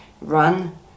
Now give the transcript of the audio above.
run